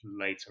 later